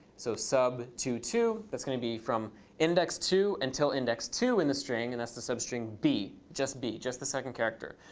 so sub two, two. that's going to be from index two until index two in the string, and that's the substring b. just b, just the second character.